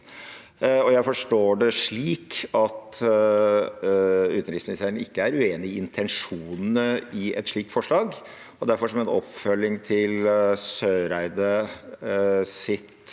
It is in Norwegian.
Jeg forstår det slik at utenriksministeren ikke er uenig i intensjonene i et slikt forslag, og derfor, som en oppfølging av Søreides